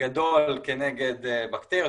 בגדול כנגד בקטריות,